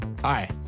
Hi